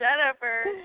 Jennifer